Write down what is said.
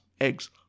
eggs